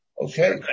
Okay